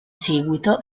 seguito